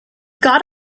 got